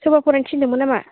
सोरबा फरायनो थिनदोंमोन नामा